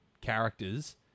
characters